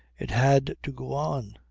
it had to go on.